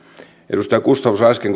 edustaja gustafsson äsken